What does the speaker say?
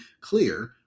clear